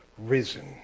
risen